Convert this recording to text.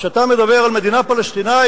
כשאתה מדבר על מדינה פלסטינית,